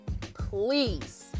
please